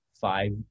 five